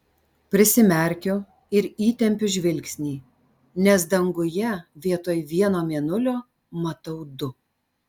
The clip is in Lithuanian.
prisimerkiu ir įtempiu žvilgsnį nes danguje vietoj vieno mėnulio matau du